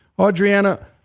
Adriana